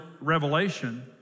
revelation